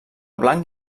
blanc